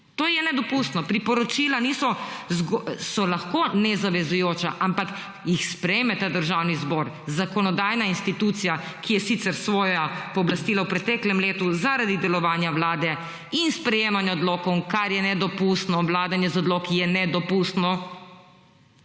To je nedopustno! Priporočila so lahko nezavezujoča, ampak jih sprejme Državni zbor, zakonodajna institucija, ki je sicer svoja pooblastila v preteklem letu zaradi delovanja Vlade in sprejemanja odlokov, kar je nedopustno – vladanje z odloki je nedopustno